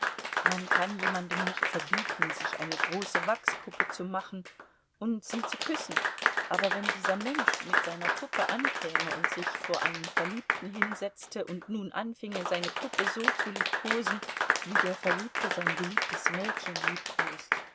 man kann jemandem nicht verbieten sich eine große wachspuppe zu machen und sie zu küssen aber wenn dieser mensch mit seiner puppe ankäme und sich vor einen verliebten hinsetzte und nun anfinge seine puppe so zu liebkosen wie der verliebte sein geliebtes mädchen liebkost